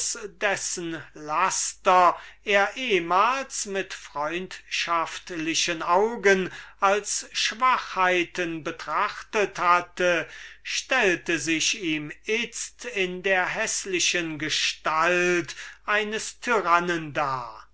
dessen laster er ehmals mit freundschaftlichen augen als schwachheiten betrachtet hatte stellte sich ihm itzt in der häßlichen gestalt eines tyrannen dar